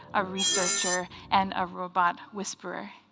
a researcher, and a robot whisperer.